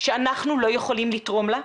שאנחנו לא יכולים לתרום לה,